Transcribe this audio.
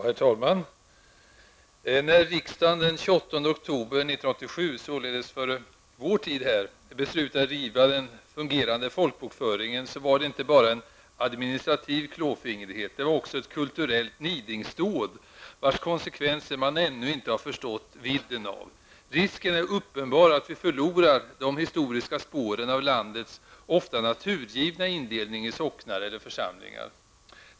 Herr talman! När riksdagen den 28 oktober 1987, således före vår tid här, beslutade riva den fungerande folkbokföringen, så var det inte bara en administrativ klåfingrighet. Det var också ett kulturellt nidingsdåd, vars konsekvenser man ännu inte har förstått vidden av. Risken är uppenbar att vi förlorar de historiska spåren av landets ofta naturgivna indelning i socknar eller församlingar.